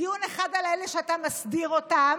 דיון אחד על אלה שאתה מסדיר אותם,